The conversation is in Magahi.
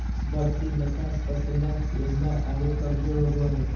बढ़ती लता पतला लम्बा आरो कमजोर होबो हइ